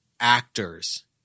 actors